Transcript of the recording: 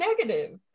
negative